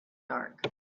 dark